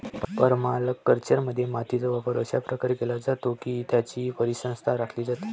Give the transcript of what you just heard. परमाकल्चरमध्ये, मातीचा वापर अशा प्रकारे केला जातो की त्याची परिसंस्था राखली जाते